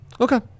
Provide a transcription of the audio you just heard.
Okay